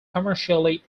commercially